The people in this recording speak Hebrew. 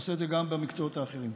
נעשה את זה גם במקצועות האחרים.